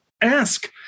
ask